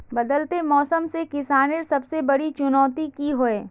बदलते मौसम से किसानेर सबसे बड़ी चुनौती की होय?